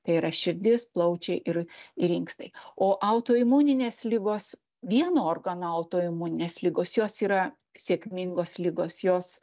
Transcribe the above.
tai yra širdis plaučiai ir ir inkstai o autoimuninės ligos vieno organo autoimuninės ligos jos yra sėkmingos ligos jos